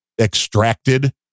extracted